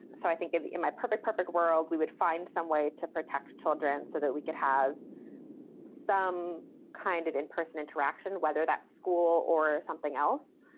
so i think in my perfect, perfect world, we would find some way to protect children so that we could have some kind of in-person interaction, whether that's school or something else,